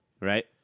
Right